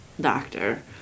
doctor